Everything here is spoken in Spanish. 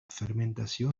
fermentación